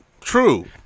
True